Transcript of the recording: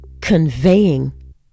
conveying